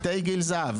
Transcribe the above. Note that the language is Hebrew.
אה בתי גיל זהב.